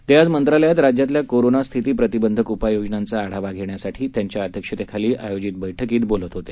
ते आज मंत्रालयात राज्यातल्या कोरोनास्थिती प्रतिबंधक उपयायोजनांचा आढावा घेण्यासाठी त्यांच्या अध्यक्षतेखाली आयोजित बक्कीत बोलत होते